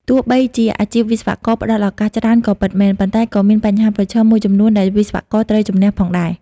ទោះបីជាអាជីពវិស្វករផ្តល់ឱកាសច្រើនក៏ពិតមែន ប៉ុន្តែក៏មានបញ្ហាប្រឈមមួយចំនួនដែលវិស្វករត្រូវជម្នះផងដែរ។